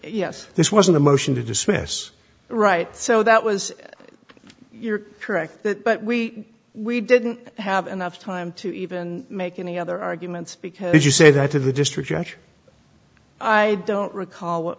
yes this wasn't a motion to dismiss right so that was your correct but we we didn't have enough time to even make any other arguments because as you say that to the district judge i don't recall what